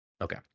Okay